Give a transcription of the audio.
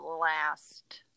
last